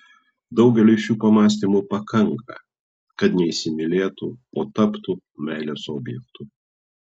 daugeliui šių pamąstymų pakanka kad neįsimylėtų o taptų meilės objektu